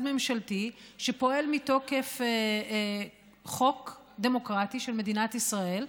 ממשלתי שפועל מתוקף חוק דמוקרטי של מדינת ישראל.